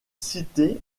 cité